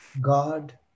God